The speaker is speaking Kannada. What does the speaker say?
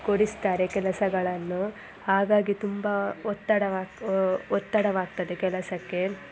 ಕೊಡಿಸ್ತಾರೆ ಕೆಲಸಗಳನ್ನು ಹಾಗಾಗಿ ತುಂಬಾ ಒತ್ತಡವಾಗ್ ಒತ್ತಡವಾಗ್ತದೆ ಕೆಲಸಕ್ಕೆ